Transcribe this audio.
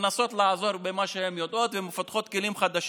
מנסות לעזור במה שהן יודעות ומפתחות כלים חדשים.